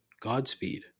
Godspeed